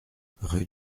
rue